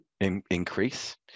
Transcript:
Increase